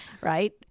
Right